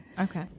okay